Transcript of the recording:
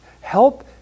help